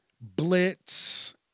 blitz